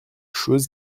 chose